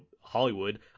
hollywood